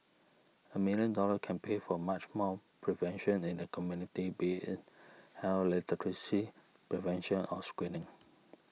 a million dollars can pay for much more prevention in the community be in health literacy prevention or screening